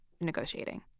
negotiating